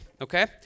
okay